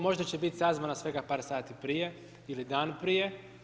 Možda će biti sazvana svega par sati prije ili dan prije.